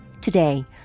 Today